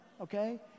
Okay